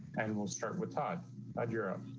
and we'll start with todd at europe.